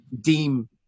deem